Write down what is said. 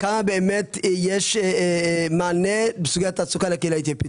כמה באמת יש מענה בסוגי התעסוקה לקהילה האתיופית?